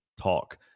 talk